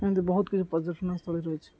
ଏମିତି ବହୁତ କିଛି ପର୍ଯ୍ୟଟନ ସ୍ଥଳୀ ରହିଛି